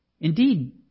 Indeed